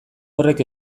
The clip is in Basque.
horrek